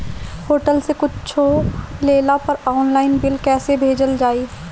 Hotel से कुच्छो लेला पर आनलाइन बिल कैसे भेजल जाइ?